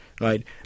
right